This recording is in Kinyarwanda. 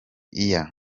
year